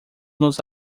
nos